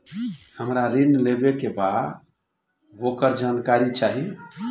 हमरा ऋण लेवे के बा वोकर जानकारी चाही